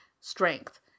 strength